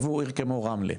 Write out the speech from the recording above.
עבור עיר כמו רמלה,